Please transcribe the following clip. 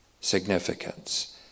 significance